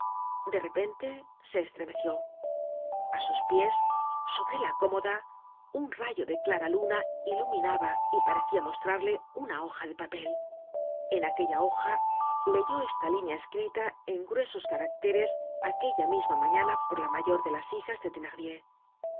de repente se estremeció a sus pies sobre la cómoda un rayo de clara luna iluminaba y parecia mostrarle una hoja de papel en aquella hoja leyó esta línea escrita en gruesos caracteres aquella misma mañana por la mayor de las hijas de